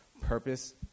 purpose